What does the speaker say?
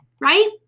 right